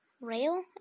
Rail